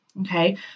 okay